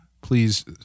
please